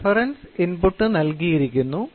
reference input നൽകിയിരിക്കുന്നു